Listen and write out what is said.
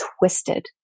twisted